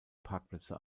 parkplätze